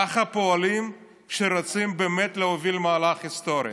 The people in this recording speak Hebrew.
ככה פועלים כשרוצים באמת להוביל מהלך היסטורי.